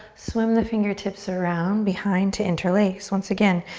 swim the fingertips around behind to interlace. once again,